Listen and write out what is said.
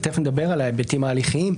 ותכף נדבר על ההיבטים ההליכיים,